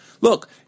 Look